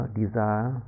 desire